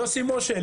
יוסי מושה,